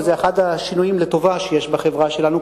וזה אחד השינויים לטובה שיש בחברה שלנו,